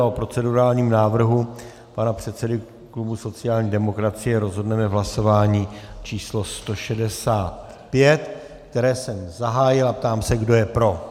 O procedurálním návrhu pana předsedy klubu sociální demokracie rozhodneme v hlasování číslo 165, které jsem zahájil, a ptám se, kdo je pro.